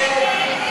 ההצעה